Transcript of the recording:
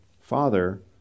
Father